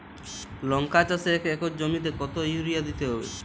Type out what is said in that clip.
লংকা চাষে এক একর জমিতে কতো ইউরিয়া দিতে হবে?